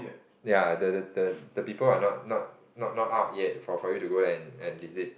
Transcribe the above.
ya the the the the people are not not not out yet for for you to go and visit